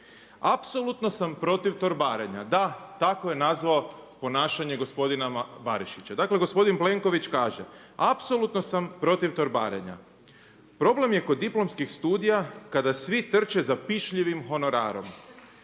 „Apsolutno sam protiv torbarenja.“ Da, tako je nazvao ponašanje gospodina Barišića. Dakle, gospodin Plenković kaže: „Apsolutno sam protiv torbarenja, problem je kod diplomskih studija kada svi trče za pišljivim honorarom.